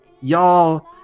y'all